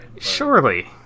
Surely